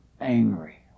angry